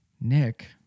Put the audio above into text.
Nick